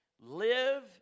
live